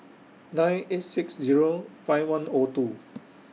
nine eight six Zero five one O two